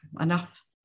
enough